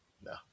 No